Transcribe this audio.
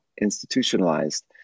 institutionalized